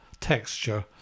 texture